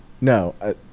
No